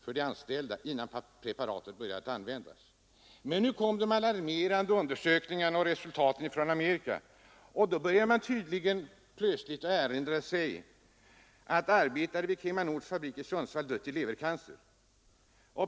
för de anställda innan preparatet börjar att användas. Efter de alarmerande undersökningarna i Amerika har man plötsligt börjat erinra sig att arbetare vid KemaNords fabrik i Sundsvall dött i levercancer.